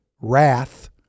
wrath